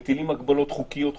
מטילים הגבלות חוקיות חוקתיות.